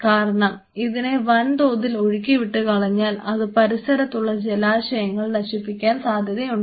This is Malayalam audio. കാരണം ഇതിനെ വൻതോതിൽ ഒഴുക്കി വിട്ടു കഴിഞ്ഞാൽ അത് പരിസരത്തുള്ള ജലാശയങ്ങൾ നശിപ്പിക്കാൻ സാധ്യതയുണ്ട്